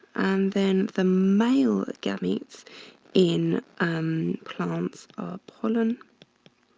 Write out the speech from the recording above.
then the male gametes in plants are pollen